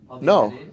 No